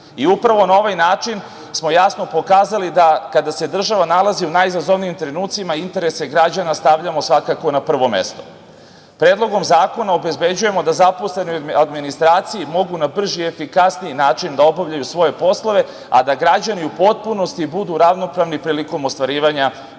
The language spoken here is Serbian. i upravo na ovaj način smo jasno pokazali da kada se država nalazi u najizazovnijim trenucima, interese građana stavljamo svakako na prvo mesto. Predlogom zakona obezbeđujemo da zaposleni u administraciji mogu na brži i efikasniji način da obavljaju svoje poslove, a da građani u potpunosti budu ravnopravni prilikom ostvarivanja svojih